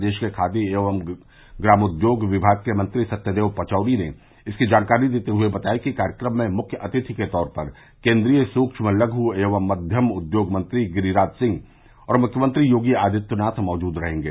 प्रदेश के खादी एवं ग्रामोद्योग विभाग के मंत्री सत्यदेव पचौरी ने इसकी जानकारी देते हुए बताया कि कार्यक्रम में मुख्य अतिथि के तौर पर केन्द्रीय सूक्ष्म लघू एवं मध्यम उद्योग मंत्री गिरिराज सिंह और मुख्यमंत्री योगी आदित्यनाथ मौजूद रहेंगे